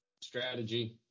strategy